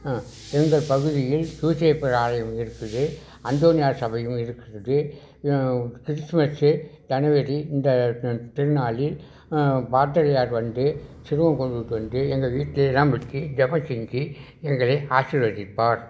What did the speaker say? எங்கள் பகுதியில் சூசையப்பர் ஆலையம் இருக்குது அந்தோனியார் சபையும் இருக்கிறது கிறிஸ்மஸ்ஸு ஜனவரி இந்த திருநாளில் பாதிரியார் வந்து சிலுவை கொண்டுட்டு வந்து எங்கள் வீட்லெல்லாம் வெச்சி ஜெபம் செஞ்சு எங்களை ஆசீர்வதிப்பார்